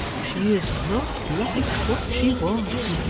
she is not like what she was